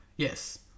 yes